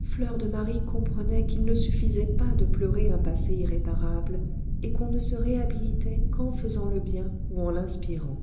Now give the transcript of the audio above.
fleur de marie comprenait qu'il ne suffisait pas de pleurer un passé irréparable et qu'on ne se réhabilitait qu'en faisant le bien ou en l'inspirant